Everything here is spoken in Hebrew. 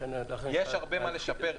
יש הרבה מה לשפר.